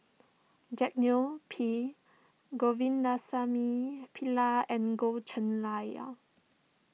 Jack Neo P Govindasamy Pillai and Goh Cheng Liar